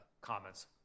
comments